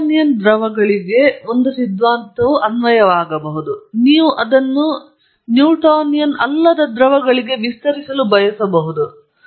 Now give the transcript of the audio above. Newtonian ದ್ರವಗಳಿಗೆ ಒಂದು ಸಿದ್ಧಾಂತವು ಅನ್ವಯವಾಗಬಹುದು ನೀವು ಅದನ್ನು ನ್ಯೂಟನ್ರ ಅಲ್ಲದ ದ್ರವಗಳಿಗೆ ವಿಸ್ತರಿಸಲು ಬಯಸಬಹುದು